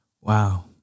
Wow